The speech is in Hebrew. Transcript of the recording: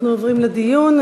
אנחנו עוברים לדיון.